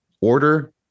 order